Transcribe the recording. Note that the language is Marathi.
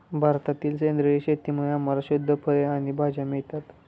भारतातील सेंद्रिय शेतीमुळे आम्हाला शुद्ध फळे आणि भाज्या मिळतात